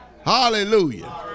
Hallelujah